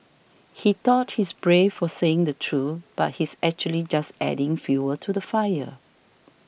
he thought he's brave for saying the truth but he's actually just adding fuel to the fire